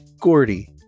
Gordy